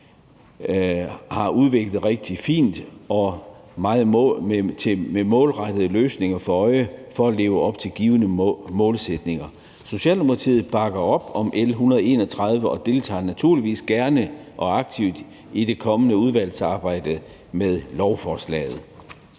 har udviklet rigtig fint og med målrettede løsninger for øje for at leve op til givne målsætninger. Socialdemokratiet bakker op om L 131 og deltager naturligvis gerne og aktivt i det kommende udvalgsarbejde med lovforslaget.